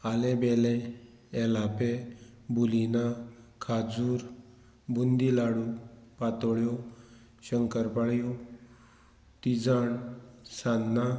आलें बेलें एलापे बुलिना खाजूर बुंदी लाडू पातोळ्यो शंकरपाळयो तिजाण सान्नां